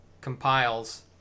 compiles